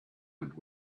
and